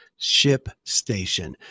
ShipStation